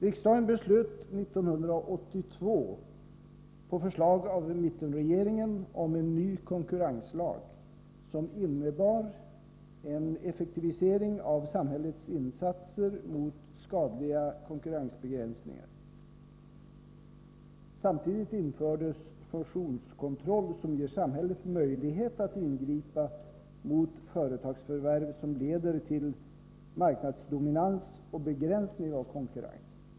Riksdagen beslöt 1982 på förslag av mittenregeringen om en ny konkurrenslag, som innebar en effektivisering av samhällets insatser mot skadliga konkurrensbegränsningar. Samtidigt infördes fusionskontroll, som ger samhället möjlighet att ingripa mot företagsförvärv som leder till marknadsdominans och begränsning av konkurrensen.